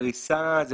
אלה